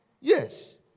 Yes